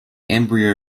embryo